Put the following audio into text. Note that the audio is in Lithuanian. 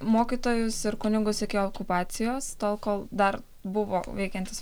mokytojus ir kunigus iki okupacijos tol kol dar buvo veikiantis